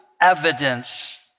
evidence